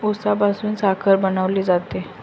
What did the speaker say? उसापासून साखर बनवली जाते